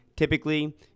Typically